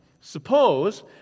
Suppose